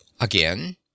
Again